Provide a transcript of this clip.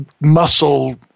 muscle